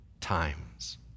times